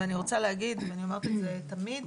ואני רוצה להגיד ואני אומרת את זה תמיד,